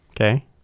okay